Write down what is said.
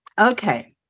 okay